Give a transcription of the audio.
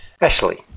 Ashley